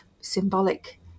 symbolic